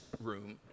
room